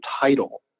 title